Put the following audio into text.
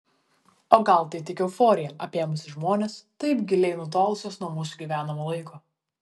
o gal tai tik euforija apėmusi žmones taip giliai nutolusius nuo mūsų gyvenamo laiko